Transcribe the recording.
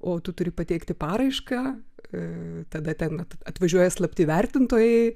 o tu turi pateikti paraišką tada ten atvažiuoja slapti vertintojai